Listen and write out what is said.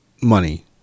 money